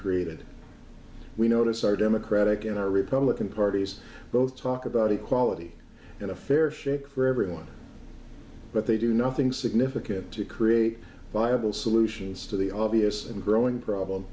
created we notice our democratic in our republican parties both talk about equality and a fair shake for everyone but they do nothing significant to create viable solutions to the obvious and growing problem